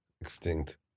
Extinct